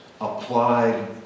applied